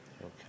Okay